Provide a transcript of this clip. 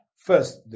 First